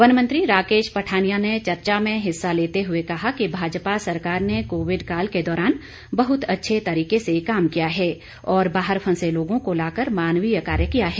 one मंत्री राकेश पठानिया ने चर्चा में हिस्सा लेते हुए कहा कि भाजपा सरकार ने कोविड काल के दौरान बहुत अच्छे तरीके से काम किया है और बाहर फंसे लोगों को लाकर मानवीय कार्य किया है